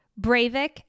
Bravik